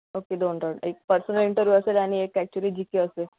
okay दोन round एक personal interview असेल आणि एक काहीतरी जी के असेल